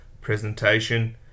presentation